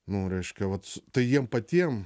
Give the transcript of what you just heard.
nu reiškia vat tai jiem patiem